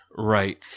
Right